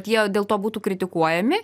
tie dėl to būtų kritikuojami